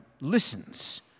listens